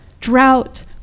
drought